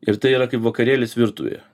ir tai yra kaip vakarėlis virtuvėje